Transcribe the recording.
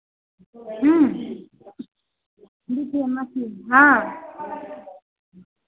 ह्म्म machine हाँ